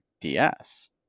DS